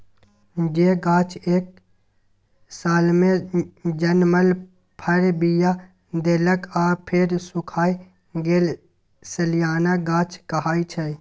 जे गाछ एक सालमे जनमल फर, बीया देलक आ फेर सुखाए गेल सलियाना गाछ कहाइ छै